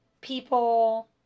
people